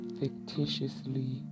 fictitiously